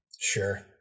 Sure